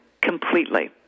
completely